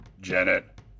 Janet